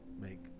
make